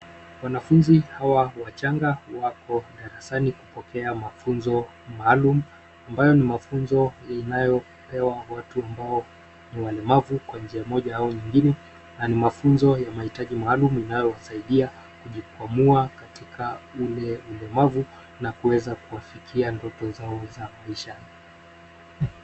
Wanafunzi hawa wachanga wako darasani kupokea mafunzo maalum, ambayo ni mafunzo inayopewa watu ambao ni walemavu kwa njia moja au nyingine na ni mafunzo ya mahitaji maalum inayosaidia kujikwamua katika ule ulemavu na kuweza kuafikia ndoto zao za maishani.